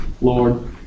Lord